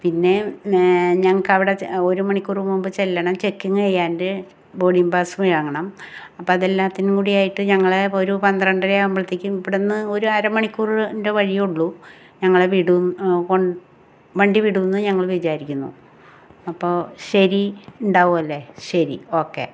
പിന്നെ ഞങ്ങക്കവിടെ ചെല്ലണം ഒരു മണിക്കൂർ മുമ്പ് ചെല്ലണം ചെക്കിങ് ചെയ്യാണ്ട് ബോഡിങ് പാസ്സ് വാങ്ങണം അപ്പോൾ അതെല്ലാത്തിനും കൂടിയായിട്ട് ഞങ്ങളെ ഒരു പന്ത്രണ്ടരയാവുമ്പൾത്തേയ്ക്കും ഇവിടെന്ന് ഒരര മണിക്കൂറിൻ്റെ വഴിയേ ഉള്ളു ഞങ്ങളെ വിടും വണ്ടി വിടൂന്ന് ഞങ്ങൾ വിചാരിക്കുന്നു അപ്പോൾ ശരി ഉണ്ടാവുവല്ലെ ശരി ഓക്കെ